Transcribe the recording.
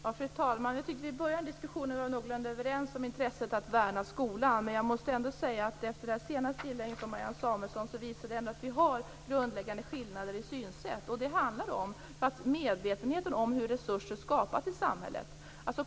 Fru talman! I början av den här diskussionen var Marianne Samuelsson och jag någorlunda överens om intresset av att värna skolan, men Marianne Samuelssons senaste inlägg visar att vi har grundläggande skillnader i synsätt. Det handlar om en medvetenhet om hur resurser skapas i samhället.